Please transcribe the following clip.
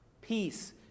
Peace